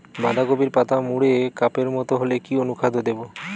বাঁধাকপির পাতা মুড়ে কাপের মতো হলে কি অনুখাদ্য দেবো?